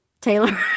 Taylor